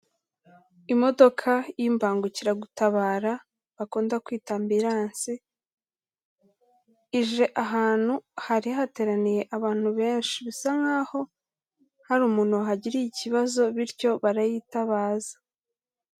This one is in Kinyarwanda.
Imodoka y'Imbangukiragutabara bakunda kwita Ambulance, ije ahantu hari hateraniye abantu benshi, bisa nkaho hari umuntu wahagiriye ikibazo bityo barayitabaza.